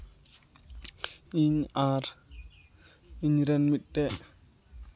ᱤᱧ ᱟᱨ ᱤᱧ ᱨᱮᱱ ᱢᱤᱫᱴᱮᱱ